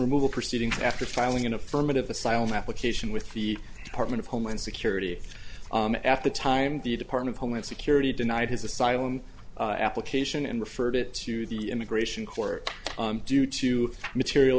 removal proceedings after filing an affirmative asylum application with the department of homeland security at the time the department of homeland security denied his asylum application and referred it to the immigration court due to material